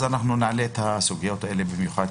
האלה, במיוחד